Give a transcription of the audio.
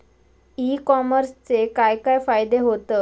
E कॉमर्सचे काय काय फायदे होतत?